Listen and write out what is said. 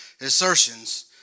Assertions